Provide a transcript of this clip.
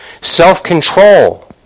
Self-control